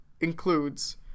includes